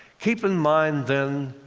keep in mind, then,